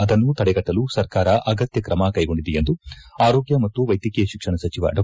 ಅದನ್ನು ತಡೆಗಟ್ಟಲು ಸರ್ಕಾರ ಆಗತ್ಕ ಕ್ರಮ ಕೈಗೊಂಡಿದೆ ಎಂದು ಆರೋಗ್ಯ ಮತ್ತು ವೈದ್ಯಕೀಯ ಶಿಕ್ಷಣ ಸಚಿವ ಡಾ